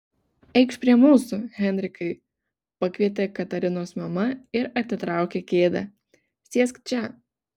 eikš prie mūsų henrikai pakvietė katarinos mama ir atitraukė kėdę sėsk čia